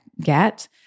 get